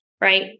right